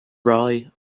rye